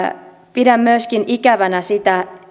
pidän myöskin ikävänä